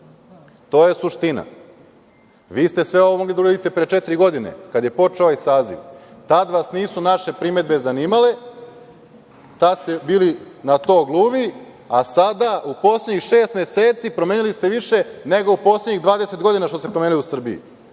To je suština. Vi ste sve ovo mogli da uradite pre četiri godina, kad je počeo ovaj saziv. Tad vas nisu naše primedbe zanimale, tad ste bili na to gluvi, a sada, u poslednjih šest meseci ste promenili više nego poslednjih godina što se promenilo u Srbiji.